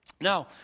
Now